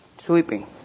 sweeping